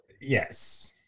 Yes